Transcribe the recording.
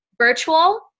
virtual